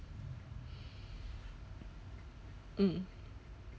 mm